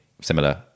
similar